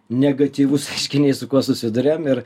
negatyvūs reiškiniai su kuo susiduriam ir